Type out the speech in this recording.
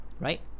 right